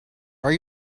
are